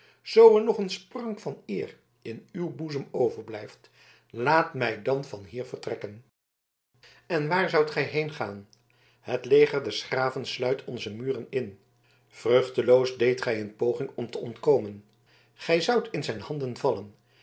zoo er nog een sprank van eer in uw boezem overblijft laat mij dan van hier vertrekken en waar zoudt gij heengaan het leger des graven sluit onze muren in vruchteloos deedt gij een poging om te ontkomen gij zoudt in zijn handen vallen